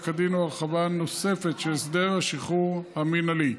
הדין הוא הרחבה נוספת של הסדר השחרור המינהלי.